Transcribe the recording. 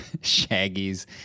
Shaggy's